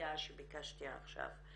המידע שביקשתי עכשיו.